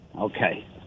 Okay